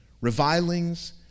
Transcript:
revilings